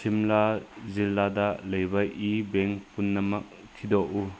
ꯁꯤꯝꯂꯥ ꯖꯤꯜꯂꯥꯗ ꯂꯩꯕ ꯏꯤ ꯕꯦꯡ ꯄꯨꯝꯅꯃꯛ ꯊꯤꯗꯣꯛꯎ